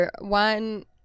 one